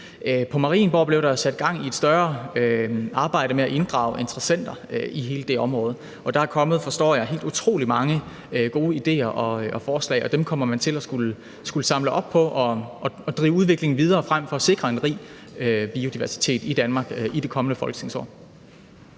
På Marienborg blev der sat gang i et større arbejde med at inddrage interessenter i hele det område, og der er kommet, forstår jeg, helt utrolig mange gode ideer og forslag, og dem kommer man til at skulle samle op på og så drive udviklingen videre frem, for at vi kan sikre en rig biodiversitet i Danmark i det kommende folketingsår.